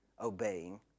obeying